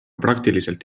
praktiliselt